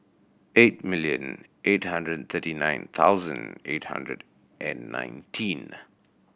eight million eight hundred thirty nine thousand eight hundred and nineteen